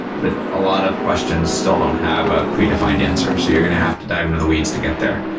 but a lot of questions still don't have a predefined answer. so you're going to have to dive into the weeds to get there.